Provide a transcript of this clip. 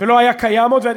ולא היה קיים עוד.